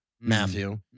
Matthew